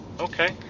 okay